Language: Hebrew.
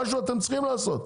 משהו אתם צריכים לעשות.